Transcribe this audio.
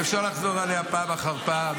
ואפשר לחזור עליה פעם אחר פעם.